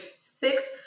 six